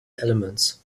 elements